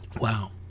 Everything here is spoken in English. Wow